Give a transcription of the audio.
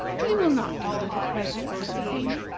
we will not do that at present, said the queen.